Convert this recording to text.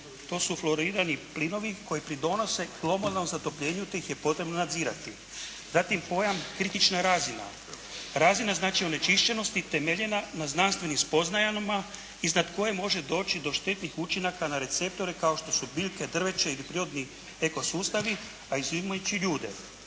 To su florirani plinovi koji pridonose globalnom zatopljenju, te ih je potrebno nadzirati. Zatim pojam “kritična razina“. Razina znači onečišćenosti temeljena na znanstvenim spoznajama iznad koje može doći do štetnih učinaka na receptore kao što su biljke, drveće ili prirodni eko sustavi, a izimajući ljude.